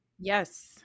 yes